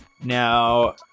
Now